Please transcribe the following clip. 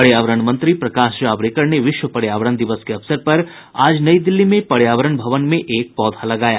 पर्यावरण मंत्री प्रकाश जावडेकर ने विश्व पर्यावरण दिवस के अवसर पर आज नई दिल्ली में पर्यावरण भवन में एक पौधा लगाया